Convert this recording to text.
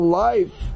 life